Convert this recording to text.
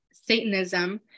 Satanism